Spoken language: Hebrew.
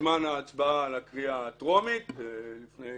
בזמן ההצבעה על הקריאה הטרומית לפני,